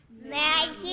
Magic